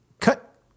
cut